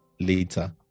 later